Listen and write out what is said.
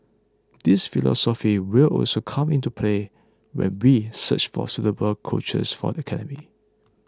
this philosophy will also come into play when we search for suitable coaches for the academy